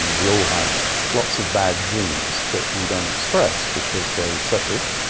we all have lots of bad genes that we don't express because they are recessive,